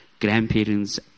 grandparents